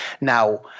Now